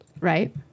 Right